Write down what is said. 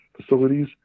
facilities